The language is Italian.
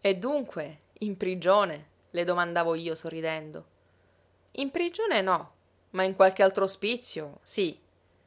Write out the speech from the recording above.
e dunque in prigione le domandavo io sorridendo in prigione no ma in qualche altro ospizio sí